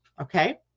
okay